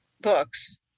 books